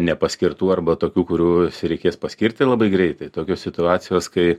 nepaskirtų arba tokių kurių reikės paskirti labai greitai tokios situacijos kai